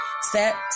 set